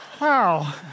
Wow